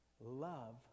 love